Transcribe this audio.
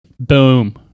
Boom